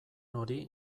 hori